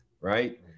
Right